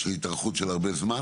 והתארכות של הרבה זמן,